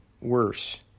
worse